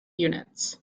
units